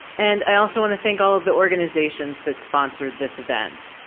and i also want to thank all of the organizations that sponsored this event.